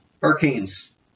Hurricanes